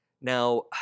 Now